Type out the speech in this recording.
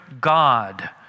God